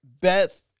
Beth